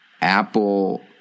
Apple